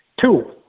two